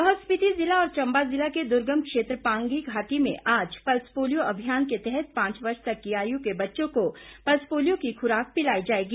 लाहौल स्पिति जिला और चंबा जिला के दुर्गम क्षेत्र पांगी घाटी में आज पल्स पोलियो अभियान के तहत पांच वर्ष तक की आयु के बच्चों को पल्स पोलियों की खुराक पिलाई जाएगी